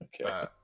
Okay